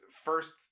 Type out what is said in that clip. first